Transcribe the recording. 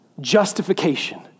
justification